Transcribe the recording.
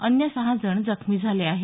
अन्य सहा जण जखमी झाले आहेत